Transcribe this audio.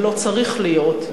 ולא צריך להיות,